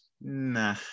Nah